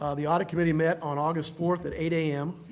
ah the audit committee met on august fourth at eight a m.